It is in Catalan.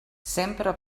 sempre